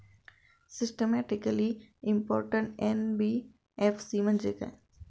Systematically important NBFC म्हणजे काय?